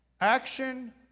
Action